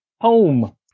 Home